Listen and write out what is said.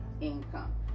income